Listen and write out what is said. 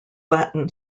latin